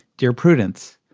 dear prudence.